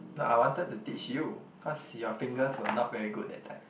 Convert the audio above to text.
but I wanted to teach you cause your fingers were not very good that time